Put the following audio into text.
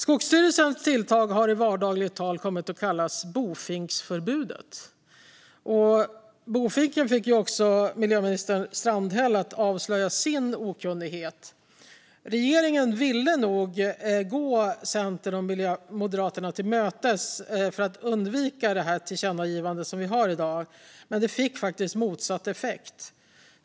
Skogsstyrelsens tilltag har i vardagligt tal kommit att kallas bofinksförbudet. Bofinken fick miljöminister Strandhäll att avslöja sin okunnighet. Regeringen ville nog gå Centern och Moderaterna till mötes för att undvika det tillkännagivande som vi har i dag, men det fick faktiskt motsatt effekt.